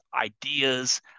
ideas